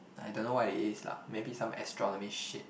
I don't know what it is lah maybe some astronomy shit